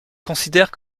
considère